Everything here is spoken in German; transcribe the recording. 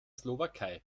slowakei